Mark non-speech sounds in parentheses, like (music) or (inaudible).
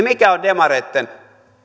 (unintelligible) mikä on demareitten